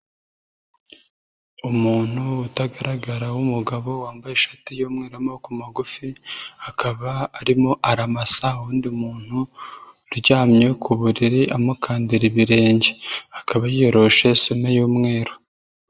Umuntu utagaragara w'umugabo wambaye ishati y'umweru y'amaboko magufi akaba arimo aramasa uwundi muntu uryamye ku buriri amukandira ibirenge, akaba yiyoroshe isume y'umweru.